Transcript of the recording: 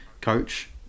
coach